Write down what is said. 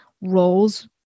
roles